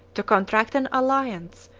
to contract an alliance,